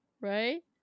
right